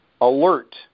alert